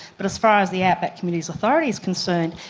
but as far as the outback communities authority is concerned,